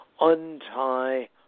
untie